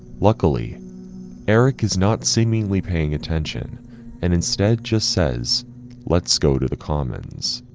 luckily eric is not seemingly paying attention and instead just says let's go to the commons.